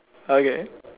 okay